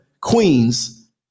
Queens